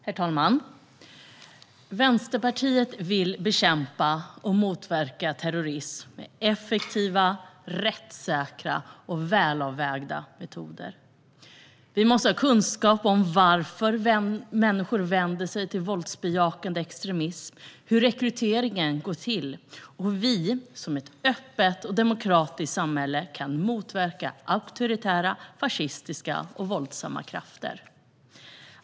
Herr talman! Vänsterpartiet vill bekämpa och motverka terrorism med effektiva, rättssäkra och välavvägda metoder. Vi måste ha kunskap om varför människor vänder sig till våldsbejakande extremism, hur rekryteringen går till och hur vi som ett öppet och demokratiskt samhälle kan motverka auktoritära, fascistiska och våldsamma krafter.